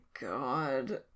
God